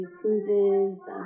cruises